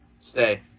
Stay